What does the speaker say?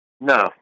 No